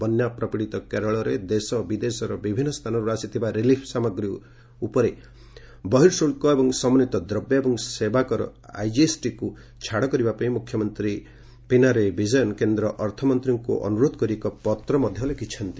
ବନ୍ୟା ପ୍ରପୀଡ଼ିତ କେରଳରେ ଦେଶ ବିଦେଶର ବିଭିନ୍ନ ସ୍ଥାନରୁ ଆସିଥିବା ରିଲିଫ୍ ସାମଗ୍ରୀ ଉପରେ ବହିଃଶୁଳ୍କ ଏବଂ ସମନ୍ୱିତ ଦ୍ରବ୍ୟ ଏବଂ ସେବାକାର ଆଇଜିଏସ୍ଟିକୁ ଛାଡ଼ କରିବା ପାଇଁ ମୁଖ୍ୟମନ୍ତ୍ରୀ ପିନାରାଇ ବିଜୟନ୍ କେନ୍ଦ୍ର ଅର୍ଥମନ୍ତ୍ରୀଙ୍କୁ ଅନୁରୋଧ କରି ଏକ ପତ୍ର ମଧ୍ୟ ଲେଖିଛନ୍ତି